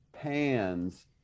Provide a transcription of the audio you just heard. pans